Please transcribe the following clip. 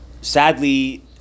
Sadly